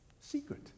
secret